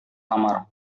kamar